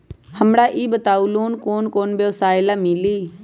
हमरा ई बताऊ लोन कौन कौन व्यवसाय ला मिली?